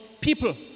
people